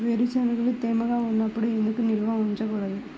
వేరుశనగలు తేమగా ఉన్నప్పుడు ఎందుకు నిల్వ ఉంచకూడదు?